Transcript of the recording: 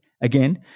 again